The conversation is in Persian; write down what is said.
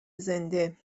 زنده